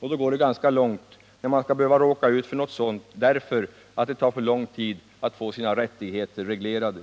Det har gått ganska långt när man skall behöva råka ut för sådana skador därför att det tar för lång tid att få sina rättigheter reglerade.